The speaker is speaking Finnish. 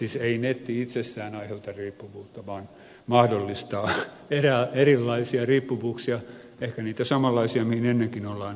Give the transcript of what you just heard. siis ei netti itsessään aiheuta riippuvuutta vaan mahdollistaa erilaisia riippuvuuksia ehkä niitä samanlaisia mihin ennenkin on ripustauduttu